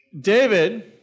David